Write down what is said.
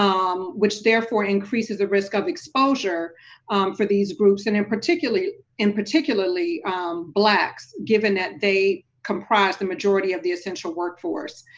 um which therefore increases the risk of exposure for these groups and in particularly in particularly blacks, given that they comprise the majority of the essential workforce,